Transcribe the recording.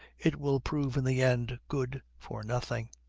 it will prove in the end good for nothing.